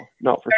no